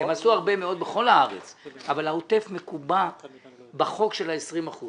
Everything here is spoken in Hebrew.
הם עשו הרבה מאוד בכל הארץ אבל העוטף מקובע בחוק של ה-20 אחוזים,